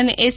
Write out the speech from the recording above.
અને એસ